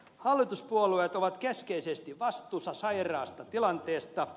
hallituspuolueet ovat keskeisesti vastuussa sairaasta tilanteesta